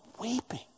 weeping